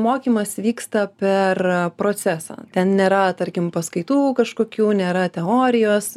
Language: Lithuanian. mokymas vyksta per procesą ten nėra tarkim paskaitų kažkokių nėra teorijos